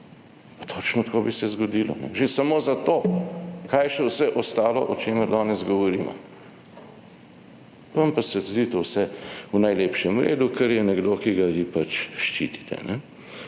točno tako bi se zgodilo, že samo za to, kaj še vse ostalo, o čemer danes govorimo. Vam pa se zdi to vse v najlepšem redu, ker je nekdo, ki ga vi pač ščitite.